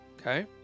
okay